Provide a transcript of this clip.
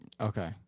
Okay